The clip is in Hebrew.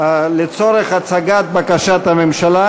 לצורך הצגת בקשת הממשלה